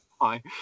Hi